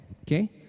okay